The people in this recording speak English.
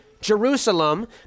Jerusalem